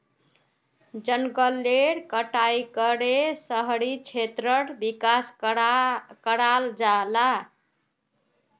जनगलेर कटाई करे शहरी क्षेत्रेर विकास कराल जाहा